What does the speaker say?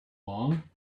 along